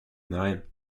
nein